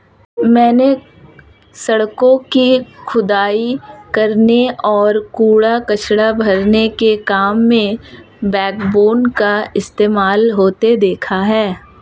मैंने सड़कों की खुदाई करने और कूड़ा कचरा भरने के काम में बैकबोन का इस्तेमाल होते देखा है